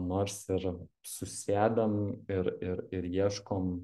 nors ir susėdam ir ir ir ieškom